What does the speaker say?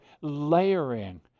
layering